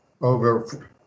over